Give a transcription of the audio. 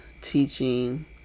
teaching